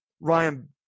Ryan